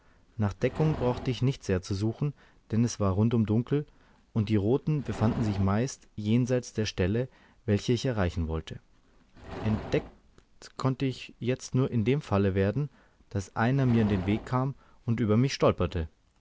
nach deckung brauchte ich nicht sehr zu suchen denn es war rundum dunkel und die roten befanden sich meist jenseits der stelle welche ich erreichen wollte entdeckt konnte ich für jetzt nur in dem falle werden daß einer mir in den weg kam und über mich stolperte